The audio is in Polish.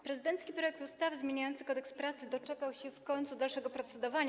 Prezydencki projekt ustawy zmieniający Kodeks pracy doczekał się w końcu dalszego procedowania.